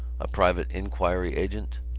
a private inquiry agent,